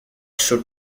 should